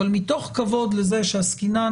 אבל מתוך כבוד לזה שעסקינן